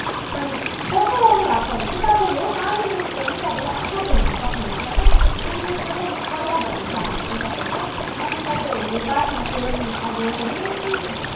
अनि चस्मा लाउनु भएको छ भने चाहिँ तपाईँले पानी मुनि पनि तपाईँले आँखा खोल्नु सक्नुहुन्छ होइन त्यो चाहिँ एकदमै अब पहिला भन्न चाहन्छु तपाईँहरूलाई अनि तपाईँहरूले बादमा चाहिँ अब मेन